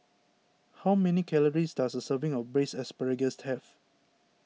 how many calories does a serving of Braised Asparagus have